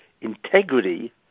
integrity